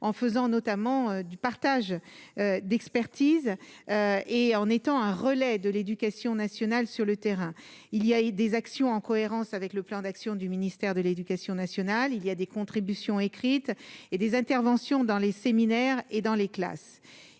En faisant notamment du partage d'expertise et en étant un relais de l'éducation nationale sur le terrain, il y a eu des actions en cohérence avec le plan d'action du ministère de l'Éducation nationale, il y a des contributions écrites et des interventions dans les séminaires et dans les classes,